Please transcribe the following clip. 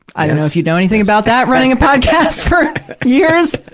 i don't know if you'd know anything about that, running a podcast for years,